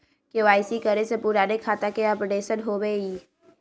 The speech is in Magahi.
के.वाई.सी करें से पुराने खाता के अपडेशन होवेई?